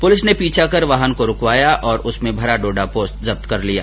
police ने पीछा कर वाहन को रूकवाया और उसमें भरा डोडापोस्त जप्त कर लिया